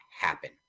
happen